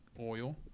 oil